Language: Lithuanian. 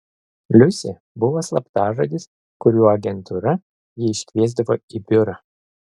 liusė buvo slaptažodis kuriuo agentūra jį iškviesdavo į biurą